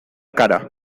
cara